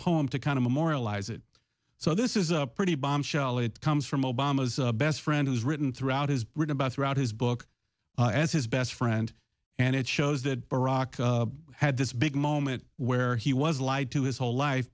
poem to kind of memorialize it so this is a pretty bombshell it comes from obama's best friend who's written throughout his brain about throughout his book as his best friend and it shows that barack had this big moment where he was lied to his whole life